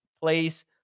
place